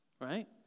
Right